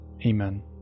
amen